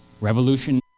Revolution